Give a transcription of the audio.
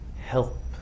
help